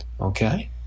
Okay